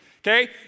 Okay